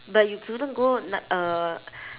but you couldn't go ni~ uh